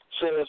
says